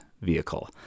vehicle